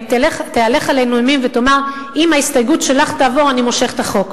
שתהלך עלינו אימים ותאמר: אם ההסתייגות שלך תעבור אני מושך את החוק.